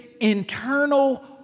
internal